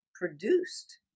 produced